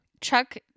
Chuck